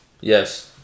yes